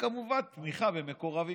וכמובן "תמיכה במקורבים".